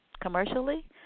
commercially